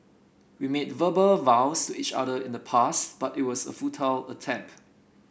we made verbal vows to each other in the past but it was a futile attempt